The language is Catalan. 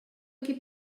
qui